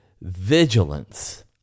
vigilance